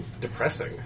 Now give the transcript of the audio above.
depressing